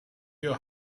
your